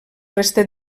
resta